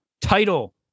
title